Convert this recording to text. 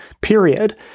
period